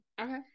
Okay